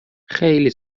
خیلی